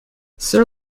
sir